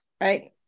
right